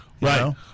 right